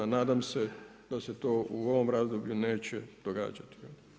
Nadam se da se to u ovom razdoblju neće događati.